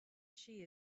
she